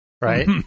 Right